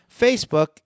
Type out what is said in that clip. Facebook